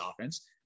offense